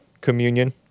communion